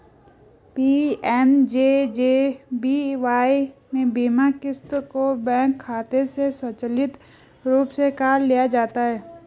PMJJBY में बीमा क़िस्त को बैंक खाते से स्वचालित रूप से काट लिया जाता है